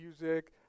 music